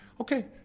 okay